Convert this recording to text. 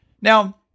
Now